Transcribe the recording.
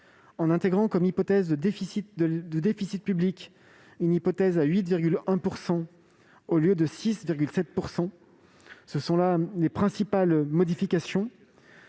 en intégrant une hypothèse de déficit public à 8,1 % au lieu de 6,7 %. Ce sont là les principales modifications.